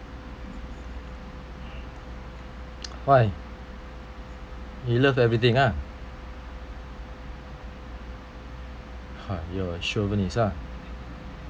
why you love everything uh !huh! you're chauvinist ah